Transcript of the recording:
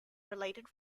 related